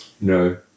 No